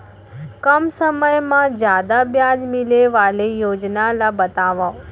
कम समय मा जादा ब्याज मिले वाले योजना ला बतावव